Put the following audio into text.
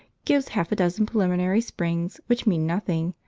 gives half a dozen preliminary springs which mean nothing,